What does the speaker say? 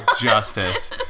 justice